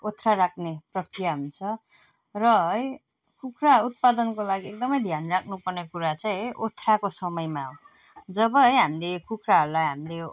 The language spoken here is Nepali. ओथ्रा राख्ने प्रक्रिया हुन्छ र है कुखुरा उत्पादनको लागि एकदम ध्यान राख्नु पर्ने कुरा चाहिँ ओथ्राको समयमा हो जब है हामीले कुखुराहरूलाई हामीले